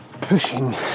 pushing